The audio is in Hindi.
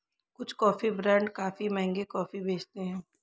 कुछ कॉफी ब्रांड काफी महंगी कॉफी बेचते हैं